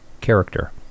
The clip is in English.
character